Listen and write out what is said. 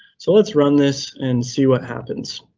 so let's run this and see what happens.